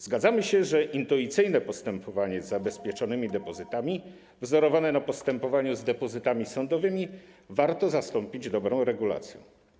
Zgadzamy się, że intuicyjne postępowanie z zabezpieczonymi depozytami, wzorowane na postępowaniu z depozytami sądowymi, warto zastąpić dobrą regulacją.